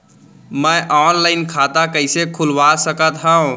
मैं ऑनलाइन खाता कइसे खुलवा सकत हव?